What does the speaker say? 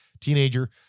teenager